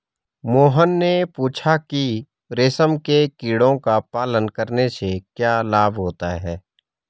मोहन ने पूछा कि रेशम के कीड़ों का पालन करने से क्या लाभ होता है?